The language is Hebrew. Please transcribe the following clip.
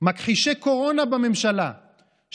מכחישי קורונה בממשלה,